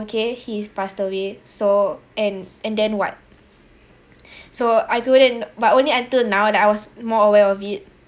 okay he's passed away so and and then what so I couldn't but only until now that I was more aware of it